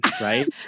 right